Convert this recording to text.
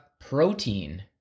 protein